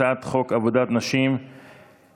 הצעת חוק עבודת נשים (תיקון,